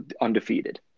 undefeated